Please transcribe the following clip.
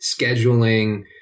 scheduling